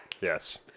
yes